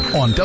on